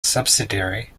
subsidiary